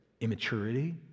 immaturity